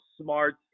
smart